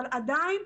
אבל עדיין,